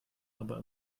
aber